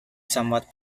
somewhat